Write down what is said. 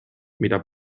mida